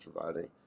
providing